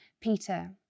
Peter